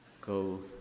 Go